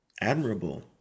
admirable